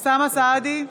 אוסאמה סעדי,